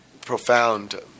profound